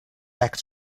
back